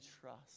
trust